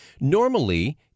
Normally